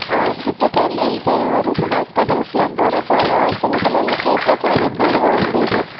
ఆ స్థితికి వెళ్ళిపోయేవారు హాస్పిటల్ లో కూడా చాలా చిన్న పిల్లలకి అయితే చాలా ఇబ్బందిగా ఉండేది